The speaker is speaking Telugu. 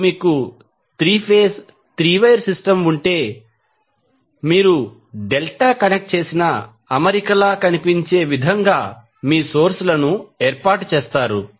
ఇప్పుడు మీకు 3 ఫేజ్ 3 వైర్ సిస్టమ్ ఉంటే మీరు డెల్టా కనెక్ట్ చేసిన అమరికలా కనిపించే విధంగా సోర్స్ లను ఏర్పాటు చేస్తారు